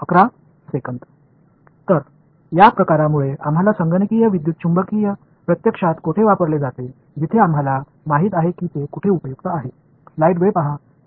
तर या प्रकारामुळे आम्हाला संगणकीय विद्युत चुंबकीय प्रत्यक्षात कोठे वापरले जाते जिथे आपल्याला माहित आहे ते कोठे उपयुक्त आहे